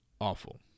awful